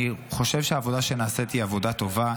אני חושב שהעבודה שנעשית היא עבודה טובה.